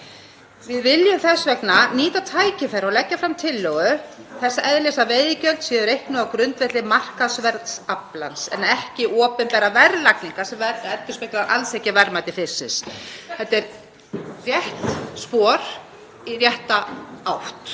Við viljum þess vegna nýta tækifærið og leggja fram tillögu þess eðlis að veiðigjald sé reiknað á grundvelli markaðsverðs aflans en ekki opinberrar verðlagningar sem endurspeglar alls ekki verðmæti fisksins. Það er rétt spor í rétta átt